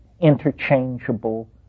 Interchangeable